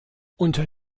unter